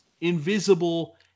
invisible